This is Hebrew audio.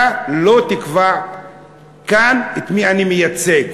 אתה לא תקבע כאן את מי אני מייצג.